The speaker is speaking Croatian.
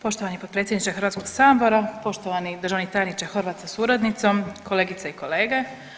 Poštovani potpredsjedniče Hrvatskog sabora, poštovani državni tajniče Horvat sa suradnicom, kolegice i kolege.